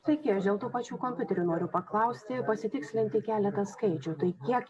sveiki aš dėl tų pačių kompiuterių noriu paklausti pasitikslinti keletą skaičių tai kiek